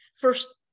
first